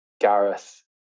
Gareth